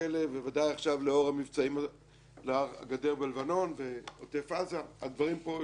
ובמיוחד עכשיו לאור המבצעים בגדר והלבנון ועוטף עזה הדברים פה ידועים.